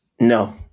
No